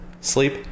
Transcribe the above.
Sleep